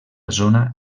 zona